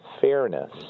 fairness